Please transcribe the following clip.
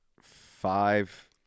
five